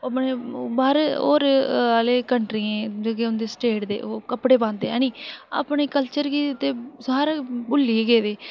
बाह्र होर आह्ले कंट्रियें जेह्के उं'दे स्टेट दे ओह् कपड़े पांदे हैनी अपने कल्चर गी ते सारे भुल्ली गै गेदे